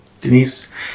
Denise